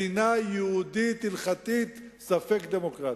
מדינה יהודית הלכתית, ספק דמוקרטית.